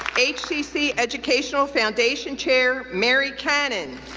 hcc educational foundation chair mary cannon,